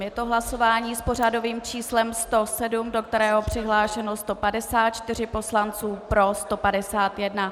Je to hlasování s pořadovým číslem 107, do kterého je přihlášeno 154 poslanců, pro 151.